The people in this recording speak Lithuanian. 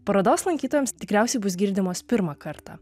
parodos lankytojams tikriausiai bus girdimos pirmą kartą